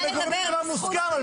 במגורים זה דבר מוסכם.